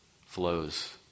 flows